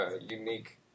unique